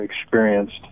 experienced